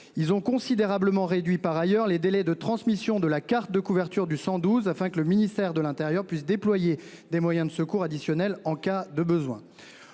ils ont considérablement réduit par ailleurs les délais de transmission de la carte de couverture du 112 afin que le ministère de l'Intérieur puisse déployer des moyens de secours additionnels en cas de besoin.